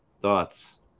Thoughts